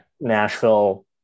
Nashville